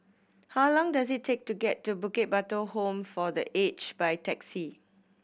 how long does it take to get to Bukit Batok Home for The Aged by taxi